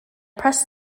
press